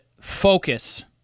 focus